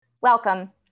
Welcome